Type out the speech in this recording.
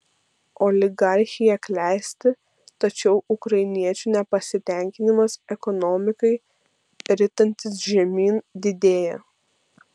oligarchija klesti tačiau ukrainiečių nepasitenkinimas ekonomikai ritantis žemyn didėja